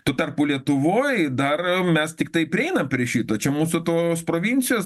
tuo tarpu lietuvoj dar mes tiktai prieinam prie šito čia mūsų tos provincijos